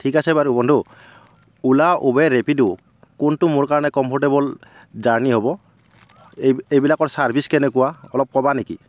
ঠিক আছে বাৰু বন্ধু উলা উবেৰ ৰেপিড' কোনটো মোৰ কাৰণে কম্ফৰটেবল জাৰ্ণী হ'ব এই এইবিলাকৰ ছাৰ্ভিচ কেনেকুৱা অলপ ক'বা নেকি